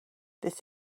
this